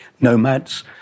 nomads